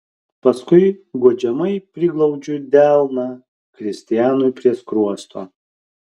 paskui guodžiamai priglaudžiu delną kristianui prie skruosto